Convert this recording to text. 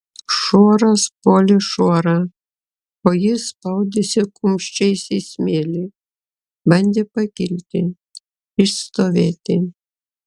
šuoras puolė šuorą o jis spaudėsi kumščiais į smėlį bandė pakilti išstovėti